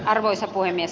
arvoisa puhemies